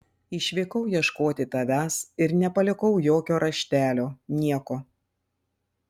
išvykau ieškoti tavęs ir nepalikau jokio raštelio nieko